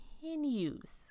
continues